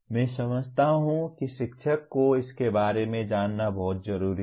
मैं समझता हूं कि शिक्षक को इसके बारे में जानना बहुत जरूरी है